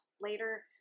later